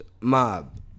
mob